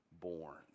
born